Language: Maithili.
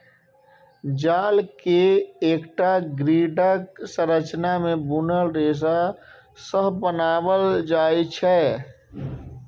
जाल कें एकटा ग्रिडक संरचना मे बुनल रेशा सं बनाएल जाइ छै